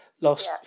lost